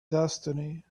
destiny